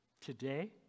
today